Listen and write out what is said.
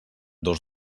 dos